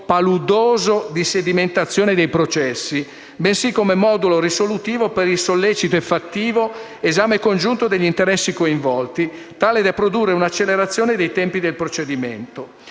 paludoso di sedimentazione dei processi, bensì come modulo risolutivo per il sollecito e fattivo esame congiunto degli interessi coinvolti, tale da produrre un'accelerazione dei tempi del procedimento.